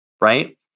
Right